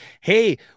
hey